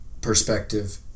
perspective